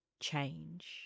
change